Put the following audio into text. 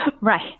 Right